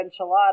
enchilada